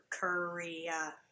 Korea